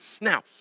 Now